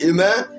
Amen